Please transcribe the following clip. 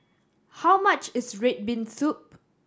how much is red bean soup